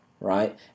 Right